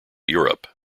europe